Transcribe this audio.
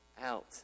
out